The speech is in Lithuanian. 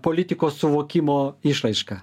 politikos suvokimo išraiška